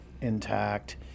intact